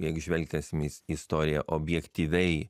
jeigu žvelgtelsim įs istoriją objektyviai